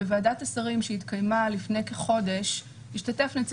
בוועדת השרים שהתקיימה לפני כחודש השתתף נציג